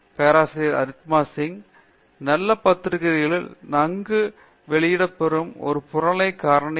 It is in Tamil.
பேராசிரியர் அரிந்தமா சிங் நல்ல பத்திரிகைகளில் நன்கு வெளிப்படும் ஒரு புறநிலை காரணி உள்ளது